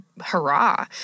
hurrah